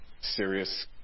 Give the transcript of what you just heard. serious